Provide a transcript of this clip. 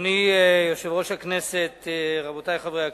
אדוני יושב-ראש הכנסת, רבותי חברי הכנסת,